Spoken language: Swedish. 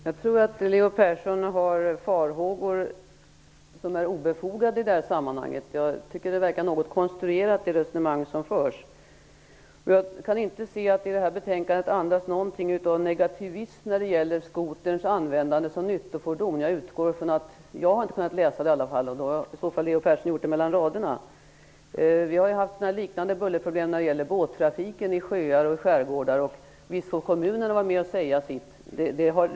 Fru talman! Jag tror att Leo Persson har obefogade farhågor. Jag tycker att det resonemang som förs verkar något konstruerat. Jag kan inte se att betänkandet andas någon form av negativism när det gäller användandet av skotrar som nyttofordon. Jag har inte kunnat utläsa något sådant. I så fall har Leo Persson läst mellan raderna. Vi har haft liknande bullerproblem i fråga om båttrafiken i sjöar och skärgårdar. Visst får kommuner vara med och säga sitt.